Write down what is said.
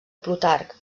plutarc